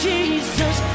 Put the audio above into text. Jesus